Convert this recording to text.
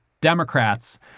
Democrats